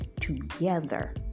together